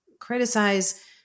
criticize